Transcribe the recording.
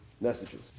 messages